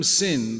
sin